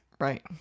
Right